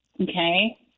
Okay